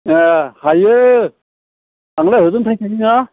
ए हायो आंलाय हजों थाहैखायो ना